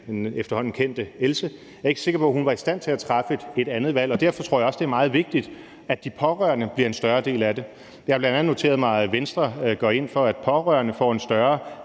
den efterhånden kendte Else. Jeg er ikke sikker på, at hun var i stand til at træffe et andet valg. Derfor tror jeg også, det er meget vigtigt, at de pårørende bliver en større del af det. Jeg har bl.a. noteret mig, at Venstre går ind for, at pårørende får en større